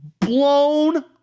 blown